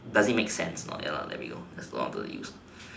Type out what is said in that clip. does it make sense ya let me know because I want to use